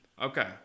Okay